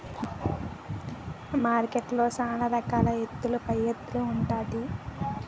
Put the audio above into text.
మార్కెట్లో సాన రకాల ఎత్తుల పైఎత్తులు ఉంటాది